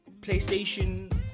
PlayStation